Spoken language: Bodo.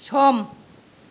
सम